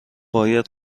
باید